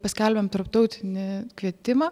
paskelbėm tarptautinį kvietimą